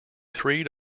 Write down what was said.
three